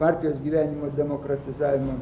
partijos gyvenimo demokratizavimą